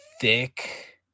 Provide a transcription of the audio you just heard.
thick